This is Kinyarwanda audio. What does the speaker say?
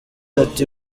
ati